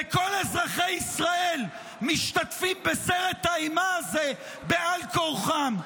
וכל אזרחי ישראל משתתפים בסרט האימה הזה בעל כורחם.